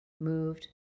moved